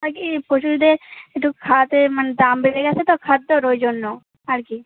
আর কি পশুদের একটু খাওয়াতে মানে দাম বেড়ে গেছে তো খাওয়ার দাবার ওই জন্য আর কি